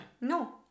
No